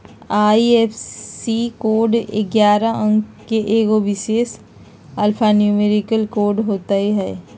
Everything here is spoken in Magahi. आई.एफ.एस.सी कोड ऐगारह अंक के एगो विशेष अल्फान्यूमैरिक कोड होइत हइ